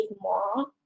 more